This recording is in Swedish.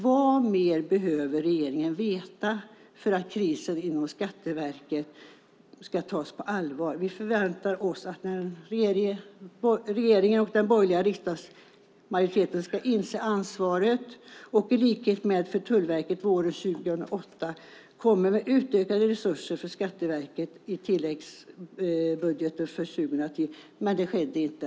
Vad mer behöver regeringen veta för att krisen inom Skattverket ska tas på allvar? Vi förväntade oss att regeringen och den borgerliga riksdagsmajoriteten skulle inse allvaret och, i likhet med när det gällde Tullverket våren 2008, komma med utökade resurser för Skatteverket i tilläggsbudgeten för 2010. Men det skedde inte.